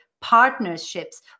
partnerships